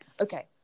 okay